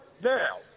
now